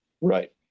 Right